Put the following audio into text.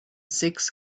six